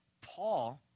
Paul